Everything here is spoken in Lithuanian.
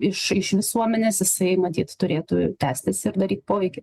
iš iš visuomenės jisai matyt turėtų tęstis ir daryt poveikį